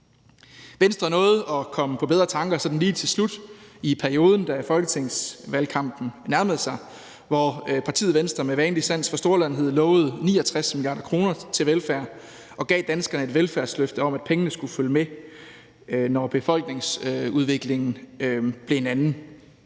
Venstre nåede at komme på bedre tanker sådan lige til slut i perioden, da folketingsvalgkampen nærmede sig, hvor partiet Venstre med vanlig sans for storladenhed lovede 69 mia. kr. til velfærd og gav danskerne et velfærdsløfte om, at pengene skulle følge med, når befolkningsudviklingen blev en anden.